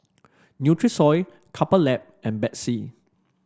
Nutrisoy Couple Lab and Betsy